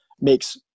makes